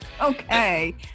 okay